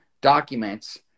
documents